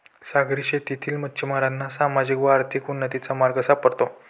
सागरी शेतीतील मच्छिमारांना सामाजिक व आर्थिक उन्नतीचा मार्ग सापडतो